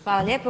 Hvala lijepo.